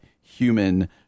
human